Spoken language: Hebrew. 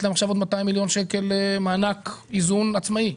להן עכשיו עוד 200 מיליון שקל מענק איזון עצמאי?